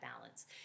balance